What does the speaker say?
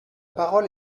parole